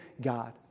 God